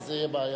וזאת תהיה בעיה.